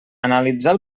analitzar